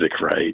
right